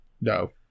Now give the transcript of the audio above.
No